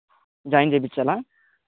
join చేపించాలా